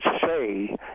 say